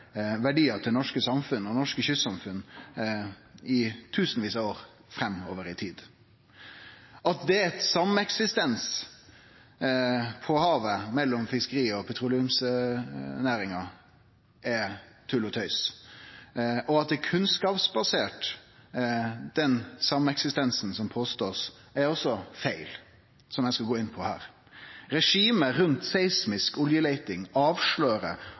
verdiar til det norske samfunnet – og til norske kystsamfunn – i tusenvis av år framover i tid. At det er sameksistens på havet mellom fiskeri- og petroleumsnæringa er tull og tøys, og at den sameksistensen som ein påstår er der, er kunnskapsbasert, er også feil, noko som eg skal gå inn på her. Regimet rundt seismisk oljeleiting avslører